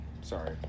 Sorry